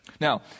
Now